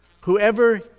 Whoever